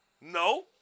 No